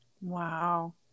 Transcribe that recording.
wow